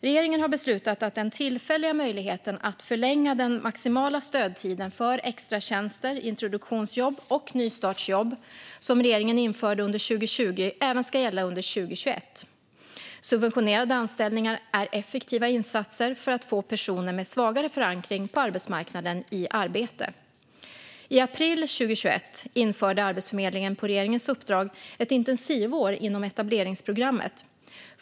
Regeringen har beslutat att den tillfälliga möjligheten att förlänga den maximala stödtiden för extratjänster, introduktionsjobb och nystartsjobb som regeringen införde under 2020 även ska gälla under 2021. Subventionerade anställningar är effektiva insatser för att få personer med svagare förankring på arbetsmarknaden i arbete. I april 2021 införde Arbetsförmedlingen på regeringens uppdrag ett intensivår inom etableringsprogrammet.